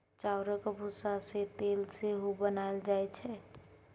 चाउरक भुस्सा सँ तेल सेहो बनाएल जाइ छै